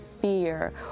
fear